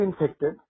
infected